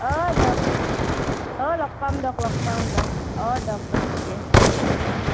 অঁ দক অঁ লগ পাম দক লগ পাম দক অঁ দক দক ঠিকে আছে দক অঁ